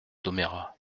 domérat